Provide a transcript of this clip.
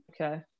Okay